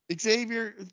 Xavier